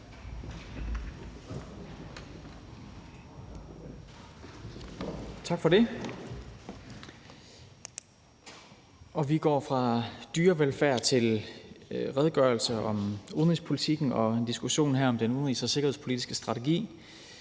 Tak for det. Vi går fra dyrevelfærd til en redegørelse om udenrigspolitikken og en diskussion om den udenrigs- og sikkerhedspolitiske strategi